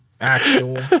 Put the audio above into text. actual